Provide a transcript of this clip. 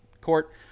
court